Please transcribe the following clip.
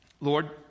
Lord